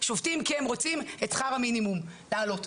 שובתים כי הם רוצים את שכר המינימום להעלות.